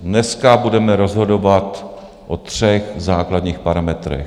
Dneska budeme rozhodovat o třech základních parametrech.